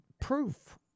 proof